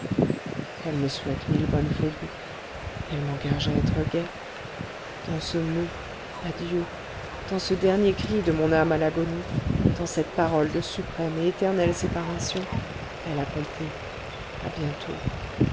elle me souhaite mille bonnes folies elle m'engage à être gai dans ce mot adieu dans ce dernier cri de mon âme à l'agonie dans cette parole de suprême et éternelle séparation elle a compris à bientôt